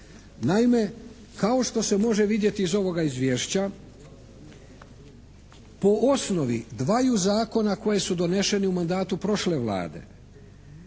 Naime, kao što se može vidjeti iz ovoga izvješća po osnovi dvaju zakona koji su doneseni u mandatu prošle Vlade